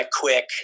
quick